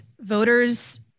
voters